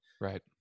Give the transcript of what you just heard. right